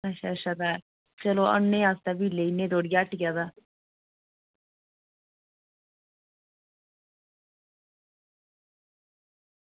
अच्छा अच्छा तां चलो औन्ने आं ते फ्ही लेई जन्ने आं थुआढ़ी हट्टियै दा